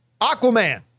Aquaman